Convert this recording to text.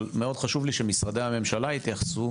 אבל מאוד חשוב לי שמשרדי הממשלה יתייחסו,